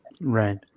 Right